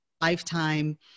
lifetime